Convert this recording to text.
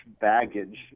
baggage